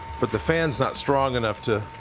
but the fans not strong enough to.